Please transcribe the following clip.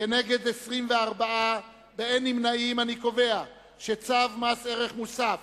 כנגד 24, ובאין נמנעים, אני קובע שצו מס ערך מוסף